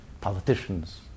Politicians